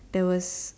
there was